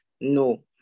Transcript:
No